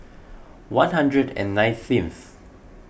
one hundred and nineteenth